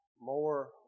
more